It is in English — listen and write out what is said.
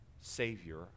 Savior